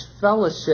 fellowship